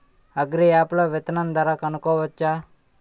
Agri app లో విత్తనం ధర కనుకోవచ్చా?